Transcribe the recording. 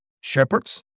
shepherds